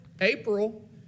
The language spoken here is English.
April